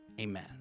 Amen